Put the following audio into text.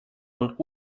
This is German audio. und